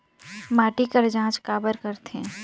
माटी कर जांच काबर करथे?